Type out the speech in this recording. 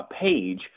page